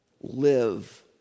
live